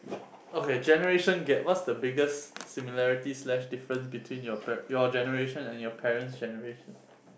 okay generation gap what's the biggest similarity slash difference between your par~ your generation and your parents' generation